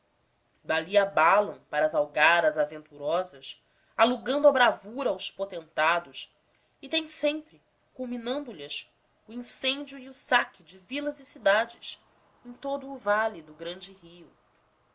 dali abalam para as algaras aventurosas alugando a bravura aos poteneados e têm sempre culminando lhas o incêndio e o saque de vilas e cidades em todo o vale do grande rio